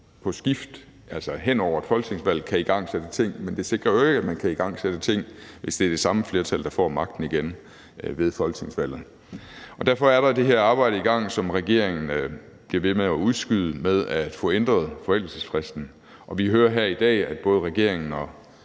på skift – altså hen over et folketingsvalg – kan igangsætte ting, men det sikrer jo ikke, at man kan igangsætte ting, hvis det er det samme flertal, der får magten igen ved folketingsvalget. Derfor er der det her arbejde i gang, som regeringen bliver ved med at udskyde, med at få ændret forældelsesfristen, og vi hører her i dag, at både regeringen og